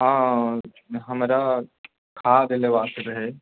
हँ हमरा खाद्य लेबाके रहए